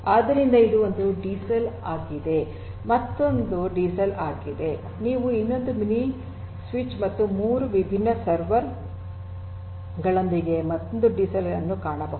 ಆದ್ದರಿಂದ ಇದು ಒಂದು ಡಿಸೆಲ್ ಆಗಿದೆ ಇದು ಮತ್ತೊಂದು ಡಿಸೆಲ್ ಆಗಿದೆ ನೀವು ಇನ್ನೊಂದು ಮಿನಿ ಸ್ವಿಚ್ ಮತ್ತು ಮೂರು ವಿಭಿನ್ನ ಸರ್ವರ್ ಗಳೊಂದಿಗೆ ಮತ್ತೊಂದು ಡಿಸೆಲ್ ಅನ್ನು ಕಾಣಬಹುದು